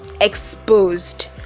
exposed